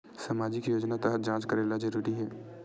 सामजिक योजना तहत जांच करेला जरूरी हे